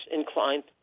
inclined